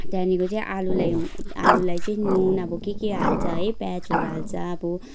त्यहाँदेखिको चाहिँ आलुलाई आलुलाई चाहिँ नुन अब के के हाल्छ है प्याजहरू हाल्छ अब